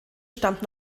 stammt